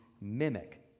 mimic